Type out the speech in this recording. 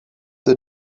the